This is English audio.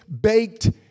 baked